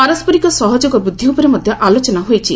ପାରସ୍କରିକ ସହଯୋଗ ବୃଦ୍ଧି ଉପରେ ମଧ୍ୟ ଆଲୋଚନା ହୋଇଛି